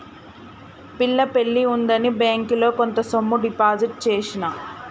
పిల్ల పెళ్లి ఉందని బ్యేంకిలో కొంత సొమ్ము డిపాజిట్ చేసిన